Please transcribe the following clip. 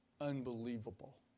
unbelievable